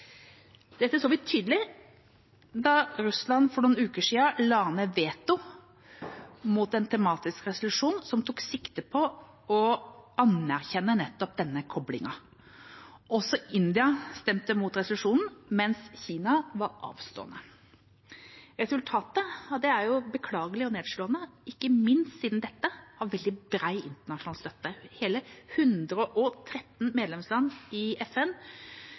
Dette så vi tydelig da Russland for noen uker siden la ned veto mot en tematisk resolusjon som tok sikte på å anerkjenne nettopp denne koblingen. Også India stemte imot resolusjonen, mens Kina var avstående. Resultatet er beklagelig og nedslående, ikke minst siden dette har veldig bred internasjonal støtte. Hele 113 medlemsland i FN